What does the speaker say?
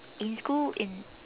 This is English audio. in school in